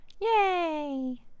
Yay